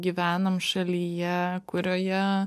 gyvenam šalyje kurioje